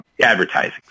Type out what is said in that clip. advertising